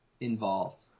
involved